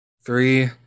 Three